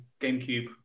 gamecube